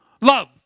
Love